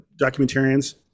documentarians